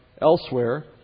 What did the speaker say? elsewhere